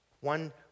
One